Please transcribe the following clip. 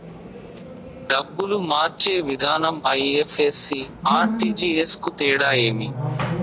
డబ్బులు మార్చే విధానం ఐ.ఎఫ్.ఎస్.సి, ఆర్.టి.జి.ఎస్ కు తేడా ఏమి?